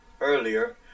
earlier